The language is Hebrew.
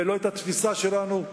ולא את התפיסה שלנו,